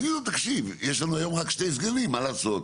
יגידו תקשיב, יש לנו היום רק שני סגנים מה לעשות?